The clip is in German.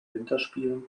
winterspielen